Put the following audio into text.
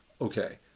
Okay